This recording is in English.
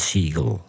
Siegel